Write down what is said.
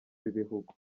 b’ibihugu